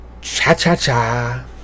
Cha-cha-cha